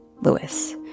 Lewis